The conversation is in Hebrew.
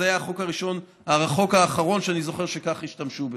זה היה החוק האחרון שאני זוכר שהשתמשו בזה.